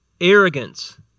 arrogance